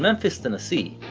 memphis tennessee,